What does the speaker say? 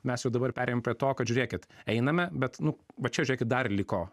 mes jau dabar perėjom prie to kad žiūrėkit einame bet nu va čia žiūrėkit dar liko